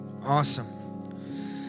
Awesome